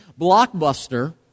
Blockbuster